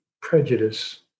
prejudice